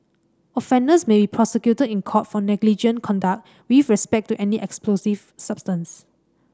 offenders may be prosecuted in court for negligent conduct with respect to any explosive substance